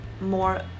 more